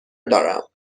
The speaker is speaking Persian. دارم